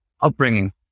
upbringing